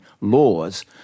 laws